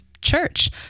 church